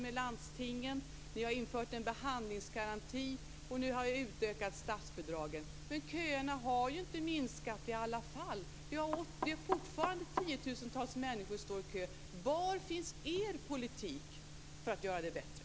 Det handlar faktiskt om att ge sjukvårdshuvudmännen resurser för att klara sjukvården. Det räcker inte med att bara formulera slagord.